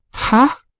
ha!